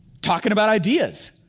talking about ideas.